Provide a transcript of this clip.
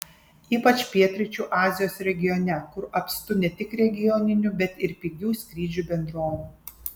ypač pietryčių azijos regione kur apstu ne tik regioninių bet ir pigių skrydžių bendrovių